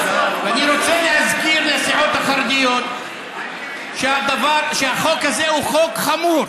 אני רוצה להזכיר לסיעות החרדיות שהחוק הזה הוא חוק חמור.